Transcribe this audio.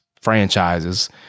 franchises